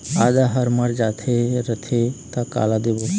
आदा हर मर जाथे रथे त काला देबो?